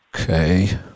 okay